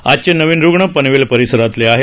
आजचे नवीन रूग्ण पनवेल परिसरातले आहेत